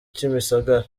kimisagara